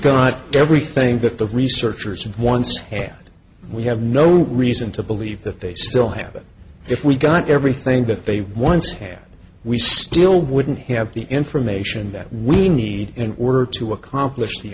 got everything that the researchers and once had we have no reason to believe that they still have it if we got everything that they once had we still wouldn't have the information that we need in order to accomplish the